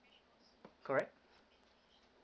correct